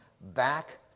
back